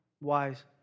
wise